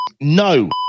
no